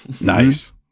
Nice